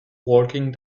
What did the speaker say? walking